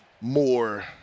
more